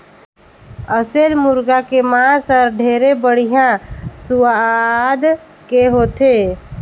असेल मुरगा के मांस हर ढेरे बड़िहा सुवाद के होथे